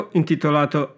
intitolato